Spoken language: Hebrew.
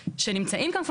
אותנו.